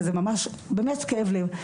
וזה ממש באמת כאב לב.